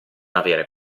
aver